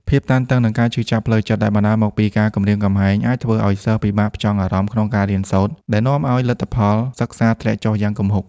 ភាពតានតឹង និង ការឈឺចាប់ផ្លូវចិត្ត ដែលបណ្តាលមកពីការគំរាមកំហែងអាចធ្វើឲ្យសិស្សពិបាកផ្ចង់អារម្មណ៍ក្នុងការរៀនសូត្រ ដែលនាំឲ្យ លទ្ធផលសិក្សាធ្លាក់ចុះយ៉ាងគំហុក។